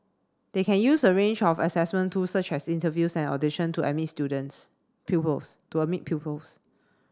they can use a range of assessment tools such as interviews and audition to admit students pupils to admit pupils